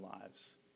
lives